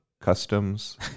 customs